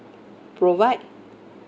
provide